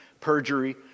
Perjury